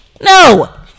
No